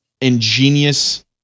ingenious